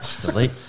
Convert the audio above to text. Delete